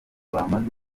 bamaze